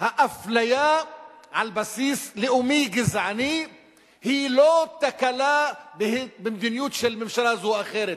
האפליה על בסיס לאומי גזעני היא לא תקלה במדיניות של ממשלה זו או אחרת,